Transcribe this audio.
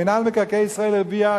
מינהל מקרקעי ישראל הרוויח,